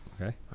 Okay